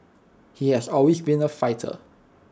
he has always been A fighter